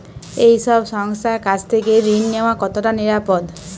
এই সব সংস্থার কাছ থেকে ঋণ নেওয়া কতটা নিরাপদ?